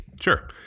Sure